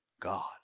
God